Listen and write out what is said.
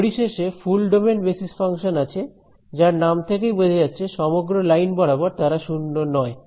পরিশেষে full domain basis function আছে যার নাম থেকেই বোঝা যাচ্ছে সমগ্র লাইন বরাবর তারা 0 নয়